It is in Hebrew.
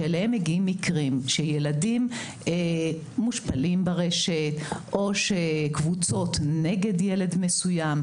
שמגיעים מקרים של ילדים שמושפלים ברשת או קבוצות נגד ילד מסוים.